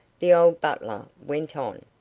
the old butler went on.